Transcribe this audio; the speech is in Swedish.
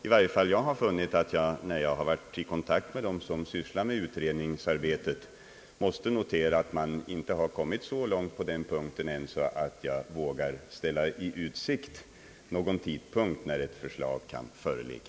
I varje fall har jag, då jag varit i kontakt med dem som sysslar med utredningsarbetet, funnit att man inte har kommit så långt på den punkten ännu, att jag vågar ställa i utsikt någon tidpunkt när ett förslag kan föreligga.